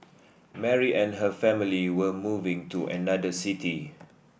Mary and her family were moving to another city